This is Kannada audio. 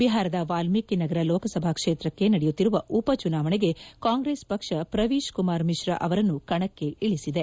ಬಿಹಾರದ ವಾಲ್ಲೀಕಿ ನಗರ ಲೋಕಸಭಾ ಕ್ಷೇತ್ರಕ್ಕೆ ನಡೆಯುತ್ತಿರುವ ಉಪ ಚುನಾವಣೆಗೆ ಕಾಂಗ್ರೆಸ್ ಪಕ್ಷ ಪ್ರವೀಶ್ ಕುಮಾರ್ ಮಿಶ್ರಾ ಅವರನ್ನು ಕಣಕ್ಕೆ ಇಳಿಸಿದೆ